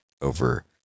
over